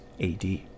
AD